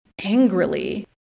angrily